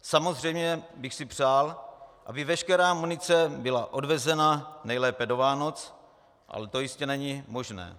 Samozřejmě bych si přál, aby veškerá munice byla odvezena nejlépe do Vánoc, ale to jistě není možné.